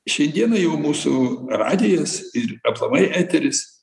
šiai dienai jau mūsų radijas ir aplamai eteris